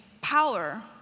power